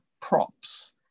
props